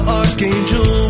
archangel